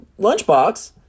Lunchbox